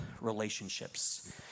relationships